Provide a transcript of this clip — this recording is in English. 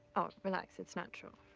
oh, relax, it's natural.